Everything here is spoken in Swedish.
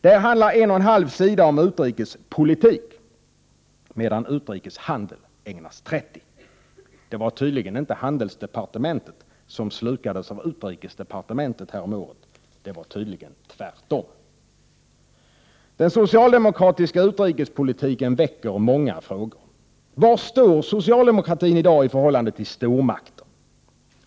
Där handlar en och en halv sida om utrikespolitik, medan utrikeshandel ägnas 30 sidor! Det var tydligen inte handelsdepartementet som slukades av utrikesdepartementet häromåret, utan tvärtom. Den socialdemokratiska utrikespolitiken väcker många frågor: Var står socialdemokratin i dag i förhållande till stormakter?